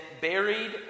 buried